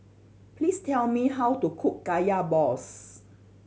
please tell me how to cook Kaya balls